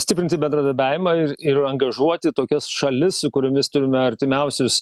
stiprinti bendradarbiavimą ir ir angažuoti tokias šalis su kuriomis turime artimiausius